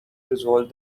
resolve